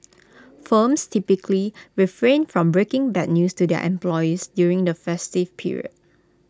firms typically refrain from breaking bad news to their employees during the festive period